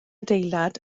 adeilad